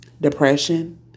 Depression